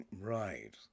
Right